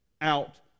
out